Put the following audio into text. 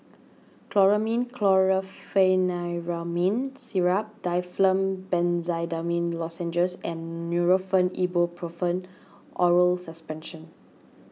Chlormine Chlorpheniramine Syrup Difflam Benzydamine Lozenges and Nurofen Ibuprofen Oral Suspension